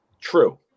True